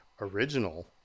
original